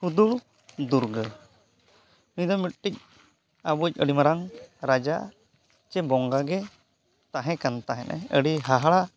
ᱦᱩᱫᱩᱲ ᱫᱩᱨᱜᱟᱹ ᱱᱩᱭ ᱫᱚ ᱢᱤᱫᱴᱟᱝ ᱟᱵᱚᱭᱤᱡ ᱟᱹᱰᱤ ᱢᱟᱨᱟᱝ ᱨᱟᱡᱟ ᱥᱮ ᱵᱚᱸᱜᱟ ᱜᱮ ᱛᱟᱦᱮᱸ ᱠᱟᱱ ᱛᱟᱦᱮᱸᱫ ᱮ ᱟᱹᱰᱤ ᱦᱟᱦᱟᱲᱟᱜ